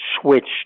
switched